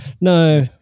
No